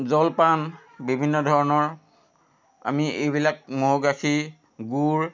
জলপান বিভিন্ন ধৰণৰ আমি এইবিলাক ম'হৰ গাখীৰ গুড়